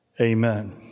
Amen